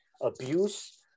abuse